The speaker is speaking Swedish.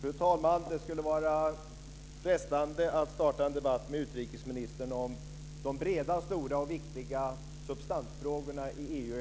Fru talman! Det skulle vara frestande att starta en debatt med utrikesministern om de breda, stora och viktiga substansfrågorna i EU.